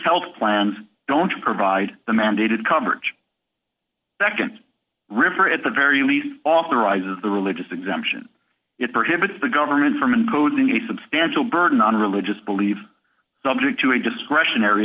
health plans don't provide the mandated coverage that can refer at the very least authorize the religious exemption it prohibits the government from including a substantial burden on religious believe subject to a discretionary